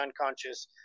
unconscious